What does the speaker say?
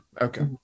Okay